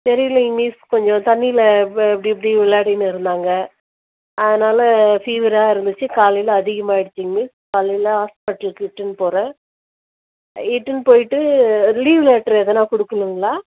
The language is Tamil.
தெரியலேயே மிஸ் கொஞ்சம் தண்ணியில் அப்படி இப்படி விளையாடினு இருந்தாங்கள் அதனால் ஃபீவரா இருந்துச்சு காலையில் அதிகமாக ஆகிடுச்சுங்க மிஸ் காலையில் ஹாஸ்பிட்டலுக்கு இட்டுனு போகிற இட்டுனு போயிட்டு லீவு லெட்டர் எதுனா கொடுக்கணுங்களா